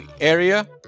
area